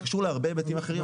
זה קשור להרבה היבטים אחרים.